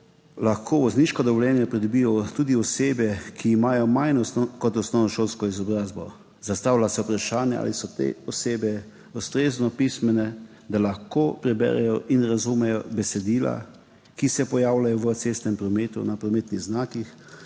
lahko vozniško dovoljenje pridobijo tudi osebe, ki imajo manj kot osnovnošolsko izobrazbo. Zastavlja se vprašanje, ali so te osebe ustrezno pismene, da lahko preberejo in razumejo besedila, ki se pojavljajo v cestnem prometu na prometnih znakih,